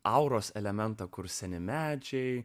auros elementą kur seni medžiai